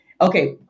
Okay